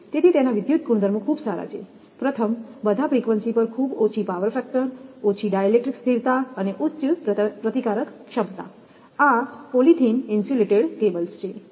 તેથી તેના વિદ્યુત ગુણધર્મો ખૂબ સારા છે પ્રથમ બધા ફ્રીક્વન્સીઝ પર ખૂબ ઓછી પાવર ફેક્ટર ઓછી ડાય ઇલેક્ટ્રિક સ્થિરતા અને ઉચ્ચ પ્રતિકારકક્ષમતા આ પોલિથીન ઇન્સ્યુલેટેડ કેબલ્સ છે